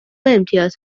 امتیاز